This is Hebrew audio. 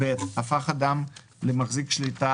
הפך אדם למחזיק שליטה,